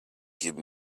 give